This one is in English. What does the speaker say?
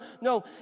No